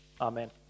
Amen